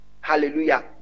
Hallelujah